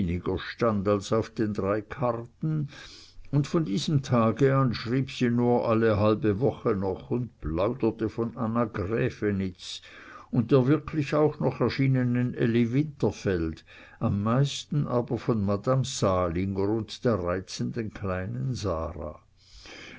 stand als auf den drei karten und von diesem tage an schrieb sie nur alle halbe woche noch und plauderte von anna grävenitz und der wirklich auch noch erschienenen elly winterfeld am meisten aber von madame salinger und der reizenden kleinen sarah